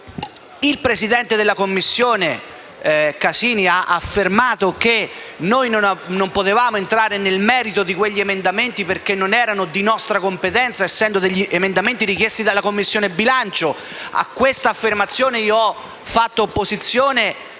Il presidente della Commissione Casini ha affermato che non potevamo entrare nel merito di quegli emendamenti, perché non erano di nostra competenza, essendo emendamenti richiesti dalla Commissione bilancio. A questa affermazione ho obiettato chiedendo